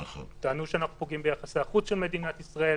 טענו שאנחנו פוגעים ביחסי החוץ של מדינת ישראל,